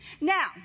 Now